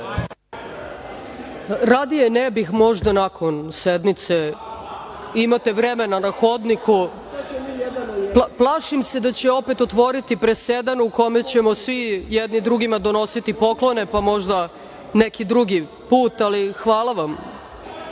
Radije ne bih, možda nakon sednice, imate vremena na hodniku, plašim se da će opet otvoriti presedan u kome ćemo svi jedni drugima donositi poklone, pa možda neki drugi put. Ali, hvala